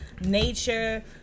nature